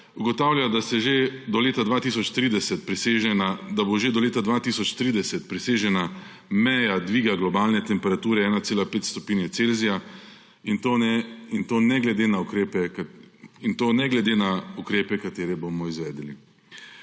ugotavljajo, da bo že do leta 2030 presežena meja dviga globalne temperature 1,5 stopinje Celzija; in to ne glede na ukrepe, katere bomo izvedli.